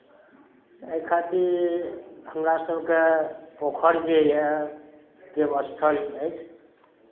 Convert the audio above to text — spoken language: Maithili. एहि खातिर हमरा सभकेँ पोखरि जे यए देव स्थल अइछ